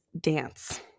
dance